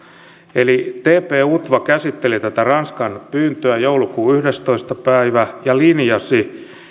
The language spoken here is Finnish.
eli tp utva käsitteli tätä ranskan pyyntöä joulukuun yhdestoista päivä ja linjasi